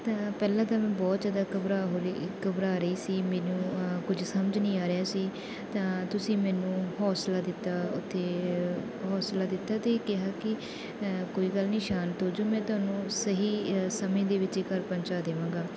ਤਾਂ ਮੈਂ ਪਹਿਲਾਂ ਤਾਂ ਮੈਂ ਬਹੁਤ ਜ਼ਿਆਦਾ ਘਬਰਾ ਹੋ ਰੀ ਘਬਰਾ ਰਹੀ ਸੀ ਮੈਨੂੰ ਕੁਝ ਸਮਝ ਨਹੀਂ ਆ ਰਿਹਾ ਸੀ ਤਾਂ ਤੁਸੀਂ ਮੈਨੂੰ ਹੌਂਸਲਾ ਦਿੱਤਾ ਉੱਥੇ ਹੌਂਸਲਾ ਦਿੱਤਾ ਅਤੇ ਕਿਹਾ ਕਿ ਕੋਈ ਗੱਲ ਨਹੀਂ ਸ਼ਾਂਤ ਹੋ ਜਾਓ ਮੈਂ ਤੁਹਾਨੂੰ ਸਹੀ ਸਮੇਂ ਦੇ ਵਿੱਚ ਹੀ ਘਰ ਪੁਹੰਚਾ ਦੇਵਾਂਗਾ